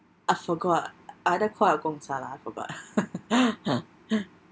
I forgot either KOI or Gong Cha lah I forgot